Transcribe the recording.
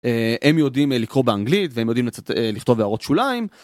הם יודעים לקרוא באנגלית והם יודעים לכתוב הערות שוליים.